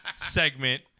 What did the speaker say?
segment